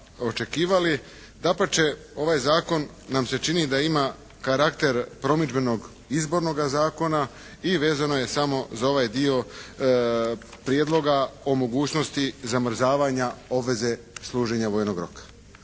očekivali. Dapače ovaj zakon nam se čini da ima karakter promidžbenog izbornoga zakona i vezano je samo za ovaj dio prijedloga o mogućnosti zamrzavanja obveze služenja vojnog roka.